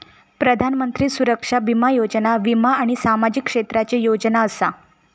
प्रधानमंत्री सुरक्षा बीमा योजना वीमा आणि सामाजिक क्षेत्राची योजना असा